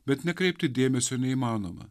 bet nekreipti dėmesio neįmanoma